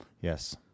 Yes